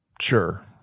Sure